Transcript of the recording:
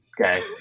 Okay